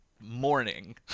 morning